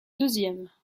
deuxième